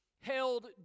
held